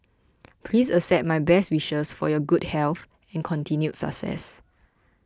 please accept my best wishes for your good health and continued success